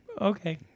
Okay